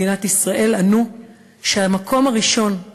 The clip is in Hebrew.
ענו שבמקום הראשון,